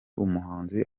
umuhanzi